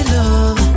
love